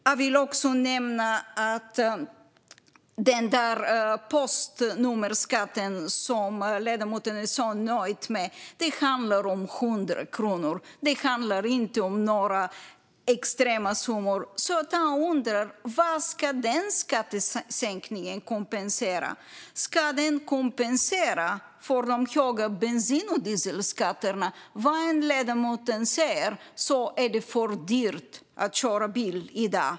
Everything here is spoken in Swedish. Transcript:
Jag vill också nämna att den postnummerskatt som ledamoten är så nöjd med handlar om 100 kronor. Det handlar inte om några extrema summor, så jag undrar vad den skattesänkningen ska kompensera. Ska den kompensera för de höga bensin och dieselskatterna? Vad ledamoten än säger är det för dyrt att köra bil i dag.